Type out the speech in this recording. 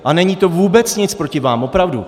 A není to vůbec nic proti vám, opravdu.